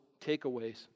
takeaways